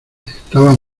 estaba